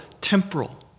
temporal